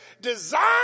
designed